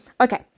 Okay